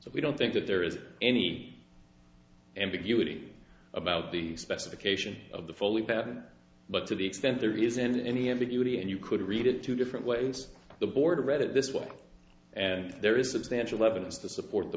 so we don't think that there is any ambiguity about the specification of the fully patent but to the extent there isn't any ambiguity and you could read it two different ways the board read it this way and there is substantial evidence to support the